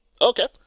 Okay